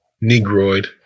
Negroid